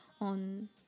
on